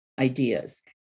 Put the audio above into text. ideas